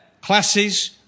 classes